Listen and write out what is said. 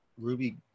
ruby